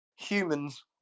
Humans